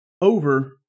over